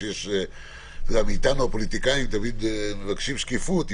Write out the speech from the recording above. ומאתנו הפוליטיקאים מבקשים שקיפות תמיד,